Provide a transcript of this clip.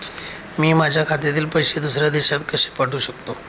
मी माझ्या खात्यातील पैसे दुसऱ्या देशात पण पाठवू शकतो का?